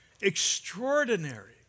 extraordinary